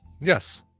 Yes